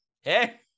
Hey